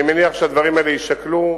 אני מניח שהדברים האלה יישקלו,